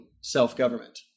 self-government